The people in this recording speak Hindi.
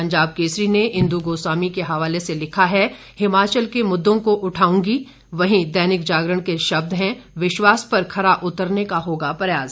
पंजाब केसरी ने इंदु गोस्वामी के हवाले से लिखा है हिमाचल के मुद्दों को उठाऊंगी वहीं दैनिक जागरण के शब्द हैं विश्वास पर खरा उतरने का होगा प्रयास